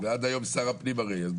ועד היום שר הפנים הרי, אז בואו.